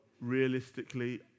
realistically